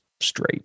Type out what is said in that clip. straight